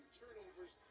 turnovers